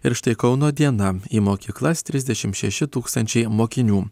ir štai kauno diena į mokyklas trisdešimt šeši tūkstančiai mokinių